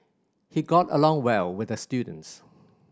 he got along well with the students